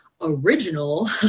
original